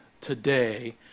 today